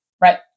Right